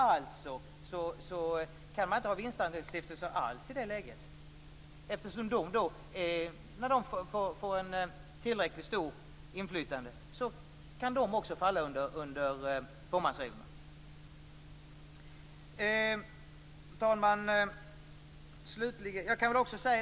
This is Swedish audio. Det innebär att man inte kan ha vinstandelsstiftelser alls i det läget, eftersom de också kan falla under fåmansreglerna när de får tillräckligt stort inflytande. Herr talman!